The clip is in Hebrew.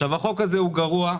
החוק הזה הוא גרוע.